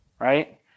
Right